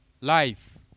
life